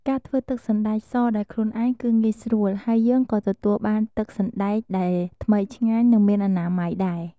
ការធ្វើទឹកសណ្តែកសដោយខ្លួនឯងគឺងាយស្រួល ហើយយើងក៏ទទួលបានទឹកសណ្ដែកដែលថ្មីឆ្ងាញ់ និងមានអនាម័យដែរ។